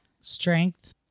strength